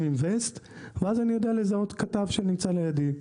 עם ווסט ואז אני יודע לזהות כתב שנמצא לידי.